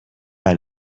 pas